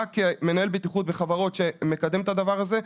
רק מנהל בטיחות בחברות שמקדם את הדבר הזה.